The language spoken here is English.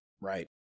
Right